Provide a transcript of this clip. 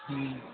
ہوں